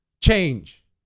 Change